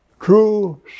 true